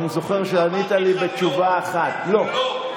אני זוכר שענית לי בתשובה אחת: לא.